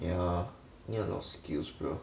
yeah need a lot of skills bro